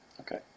Okay